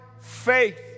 faith